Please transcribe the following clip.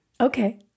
Okay